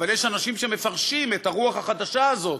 אבל יש אנשים שמפרשים את הרוח החדשה הזאת,